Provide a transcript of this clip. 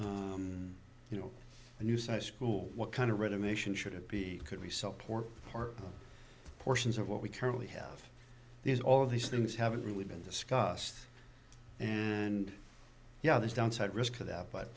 you know a new site school what kind of renovation should it be could we support or portions of what we currently have these all of these things haven't really been discussed and yeah there's downside risk to that but